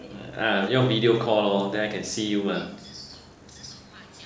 ah 要 video call lor then I can see you mah